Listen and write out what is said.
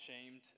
ashamed